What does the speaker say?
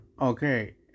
okay